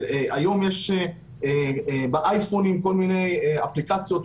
היום יש באייפונים כל מיני אפליקציות,